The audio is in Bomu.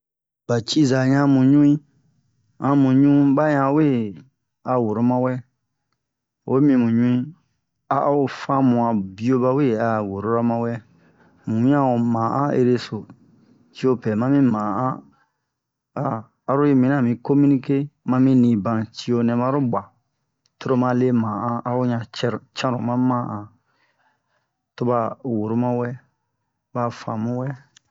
ba ciza yan mu ɲui amu ɲu bayan we a woro mawɛ oyi mimu ɲui a'o famua bio bawe a worora mawɛ mu wian'a ma'an ereso siopɛ mami ma'an aroyi minna ami communiquer mami niban cionɛ maro bua toro male ma'an a hoyan cɛro canro ma ma'an toba woro mawɛ ba famu wɛ